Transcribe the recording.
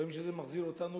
רואים שזה מחזיר אותנו,